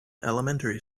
elementary